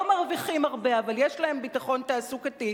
מרוויחים הרבה אבל יש להם ביטחון תעסוקתי,